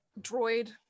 droid